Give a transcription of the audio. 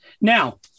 now